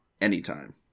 Anytime